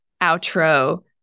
outro